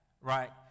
right